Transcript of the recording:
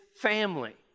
family